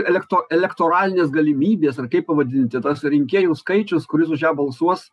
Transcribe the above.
elekto elektoralinės galimybės ar kaip pavadinti tas rinkėjų skaičius kuris už ją balsuos